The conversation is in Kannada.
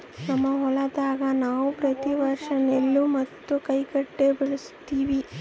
ನಮ್ಮ ಹೊಲದಾಗ ನಾವು ಪ್ರತಿ ವರ್ಷ ನೆಲ್ಲು ಮತ್ತೆ ಕಾಯಿಗಡ್ಡೆ ಬೆಳಿತಿವಿ